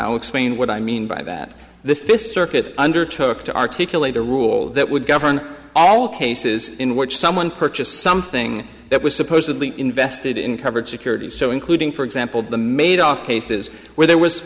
explain what i mean by that the fifth circuit undertook to articulate a rule that would govern all cases in which someone purchased something that was supposedly invested in covered security so including for example the made off cases where there was